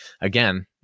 again